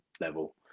level